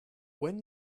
when